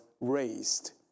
raised